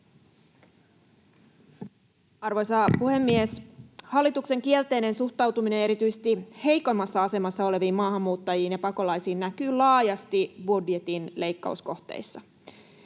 Arvoisa puhemies! Hallituksen kielteinen suhtautuminen erityisesti heikoimmassa asemassa oleviin maahanmuuttajiin ja pakolaisiin näkyy laajasti budjetin leikkauskohteissa.